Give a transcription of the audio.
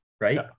right